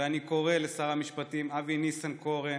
ואני קורא לשר המשפטים אבי ניסנקורן: